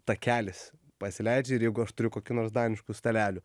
takelis pasileidžia ir jeigu aš turiu kokių nors daniškų stalelių